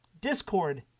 Discord